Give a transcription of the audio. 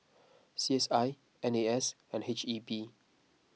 C S I N A S and H E B